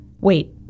wait